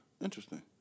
Interesting